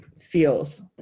feels